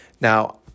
now